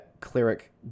cleric